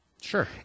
Sure